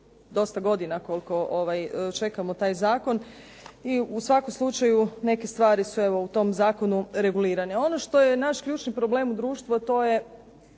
dosta godina koliko čekamo taj zakon i u svakom slučaju neke stvari su evo u tom zakonu regulirane. Ono što je naš ključni problem u društvu, a to je